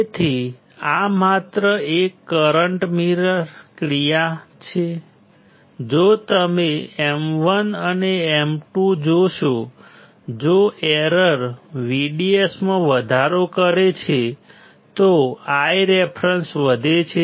તેથી આ માત્ર એક કરંટ મિરર ક્રિયા છે જો તમે M1 અને M2 જોશો જો એરર VDS માં વધારો કરે છે તો Ireference વધે છે